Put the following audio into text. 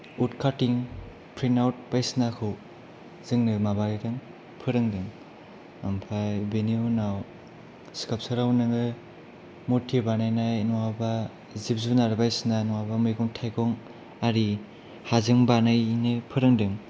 उद कातिं प्रिन्तआउट बायदिसिनाखौ जोंनो माबादों फोरोंदों ओमफाय बेनि उनाव स्काल्पचाराव नोङो मुर्ति बानायनाय नङाबा जिब जुनार बायदिसिना नङाबा मैगं थाइगं आरि हाजों बानायनो फोरोंदों